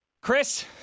Chris